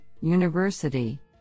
University